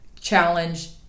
Challenge